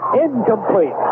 incomplete